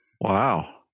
wow